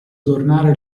tornare